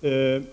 är jag själv naturligtvis medlem av en fackförening.